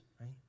right